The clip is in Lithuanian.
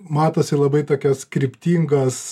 matosi labai tokios kryptingos